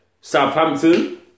Southampton